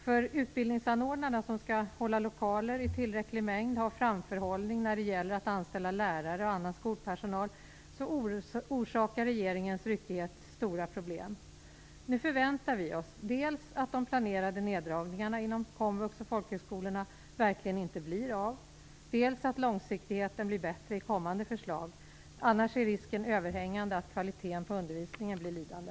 För utbildningsanordnarna som skall hålla lokaler i tillräcklig mängd och som skall ha framförhållning när det gäller att anställa lärare och annan skolpersonal orsakar regeringens ryckighet stora problem. Nu förväntar vi oss dels att de planerade neddragningarna inom komvux och folkhögskolorna verkligen inte blir av, dels att långsiktigheten blir bättre i kommande förslag. Annars är risken överhängande att kvaliteten på undervisningen blir lidande.